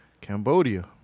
Cambodia